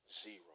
zero